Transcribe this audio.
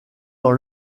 dans